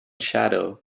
shadow